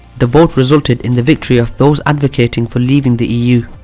the vote resulted in the victory of those advocating for leaving the eu.